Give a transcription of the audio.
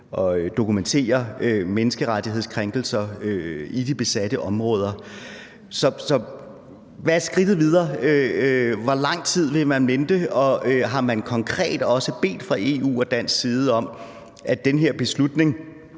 at dokumentere menneskerettighedskrænkelser i de besatte områder? Så hvad er skridtet videre? Hvor lang tid vil man vente? Og har man konkret også fra EU's side og dansk side bedt om, at den beslutning